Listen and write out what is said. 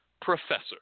professor